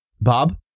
Bob